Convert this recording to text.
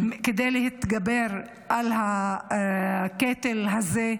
-- כדי להתגבר על הקטל הזה.